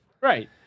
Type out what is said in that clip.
Right